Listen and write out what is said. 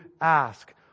ask